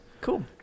Cool